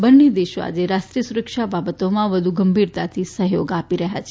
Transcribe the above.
બંને દેશોઆજે રાષ્ટ્રીય સુરક્ષા બાબતોમાં વધુ ગંભીરતાથી સહયોગ આપી રહ્યા છે